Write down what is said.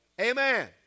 amen